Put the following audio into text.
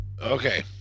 Okay